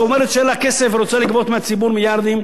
שאומרת שאין לה כסף ורוצה לגבות מהציבור מיליארדים,